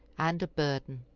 and a burden.